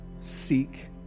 seek